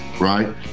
right